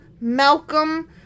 Malcolm